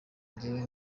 njyewe